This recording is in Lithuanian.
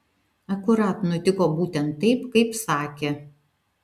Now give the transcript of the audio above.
akurat nutiko būtent taip kaip sakė